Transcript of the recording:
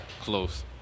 close